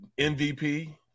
MVP